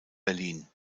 berlin